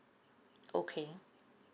okay